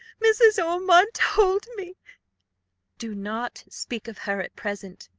mrs. ormond told me do not speak of her at present,